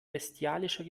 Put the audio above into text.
bestialischer